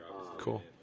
Cool